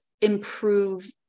improve